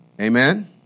Amen